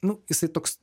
nu jisai toks